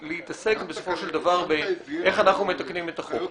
בסופו של דבר, באיך אנחנו מתקנים את החוק.